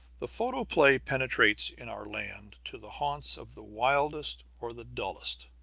the photoplay penetrates in our land to the haunts of the wildest or the dullest.